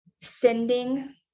sending